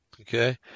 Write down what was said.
Okay